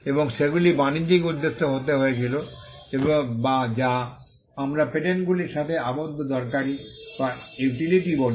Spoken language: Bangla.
এবং সেগুলি বাণিজ্যিক উদ্দেশ্যে হতে হয়েছিল বা যা আমরা পেটেন্টগুলির সাথে আবদ্ধ দরকারী বা ইউটিলিটি বলে